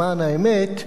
למען האמת,